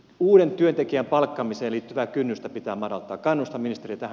uuden työntekijän palkkaamiseen liittyvää kynnystä pitää madaltaa